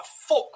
fuck